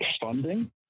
funding